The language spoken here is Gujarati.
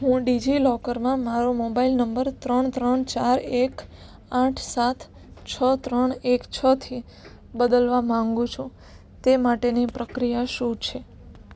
હું ડિજિલોકરમાં મારો મોબાઇલ નંબર ત્રણ ત્રણ ચાર એક આઠ સાત છ ત્રણ એક છથી બદલવા માગું છું તે માટેની પ્રક્રિયા શું છે